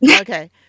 Okay